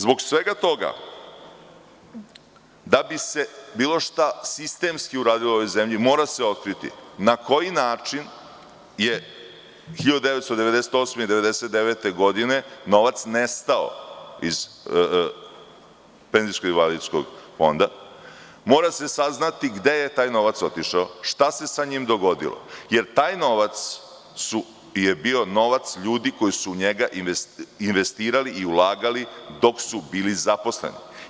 Zbog svega toga, da bi se bilo šta sistemski uradilo u ovoj zemlji, mora se otkriti na koji način je 1998. i 1999. godine novac nestao iz Penzijskog i invalidskog fonda, mora se saznati gde je taj novac otišao, šta se sa njim dogodilo, jer taj novac je bio novac ljudi koji su u njega investirali i ulagali dok su bili zaposleni.